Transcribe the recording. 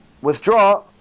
withdraw